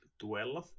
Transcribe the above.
tuella